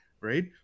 right